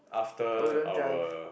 oh we don't drive